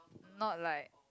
not like